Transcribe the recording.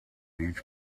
each